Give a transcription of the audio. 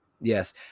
yes